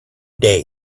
day